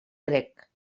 grec